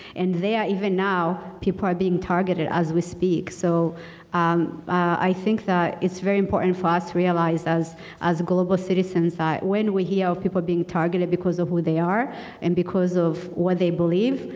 and they are even now, people are being targeted as we speak. so i think that it's very important for us to realize as as global citizens that when we hear people being targeted because of who they are and because of what they believe,